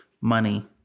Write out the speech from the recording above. money